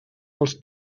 els